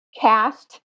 cast